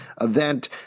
event